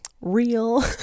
real